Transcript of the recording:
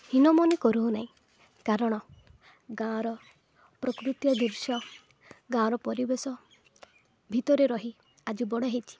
ହୀନ ମନେକରୁନାହିଁ କାରଣ ଗାଁର ପ୍ରାକୃତିକ ଦୃଶ୍ୟ ଗାଁର ପରିବେଶ ଭିତରେ ରହି ଆଜି ବଡ଼ ହୋଇଛି